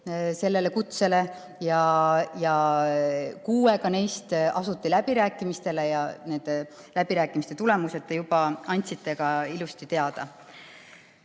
sellele kutsele ja kuuega neist asuti läbi rääkima, nende läbirääkimiste tulemused te juba andsite ilusti teada.